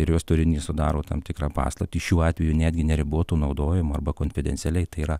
ir jos turinys sudaro tam tikrą paslaptį šiuo atveju netgi neriboto naudojimo arba konfidencialiai tai yra